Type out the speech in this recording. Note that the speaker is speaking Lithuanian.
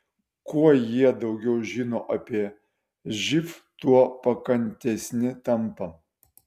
kuo jie daugiau žino apie živ tuo pakantesni tampa